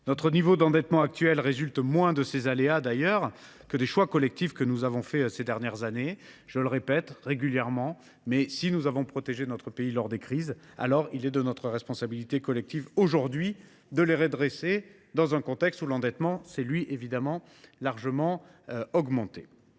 notre niveau d’endettement actuel résulte moins de ces aléas que des choix collectifs que nous avons faits ces dernières années. Je le répète régulièrement, si nous avons protégé notre pays lors des crises, il est aujourd’hui de notre responsabilité collective de redresser nos comptes, dans un contexte où l’endettement a évidemment largement augmenté.